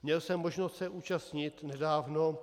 Měl jsem možnost se účastnit nedávno